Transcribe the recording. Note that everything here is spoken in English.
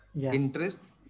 interest